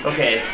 Okay